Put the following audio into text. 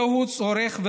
זהו צורך,